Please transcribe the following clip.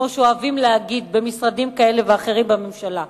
כמו שאוהבים להגיד במשרדים כאלה ואחרים בממשלה.